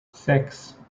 sechs